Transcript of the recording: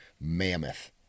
mammoth